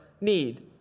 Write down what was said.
need